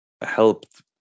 helped